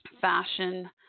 fashion